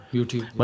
YouTube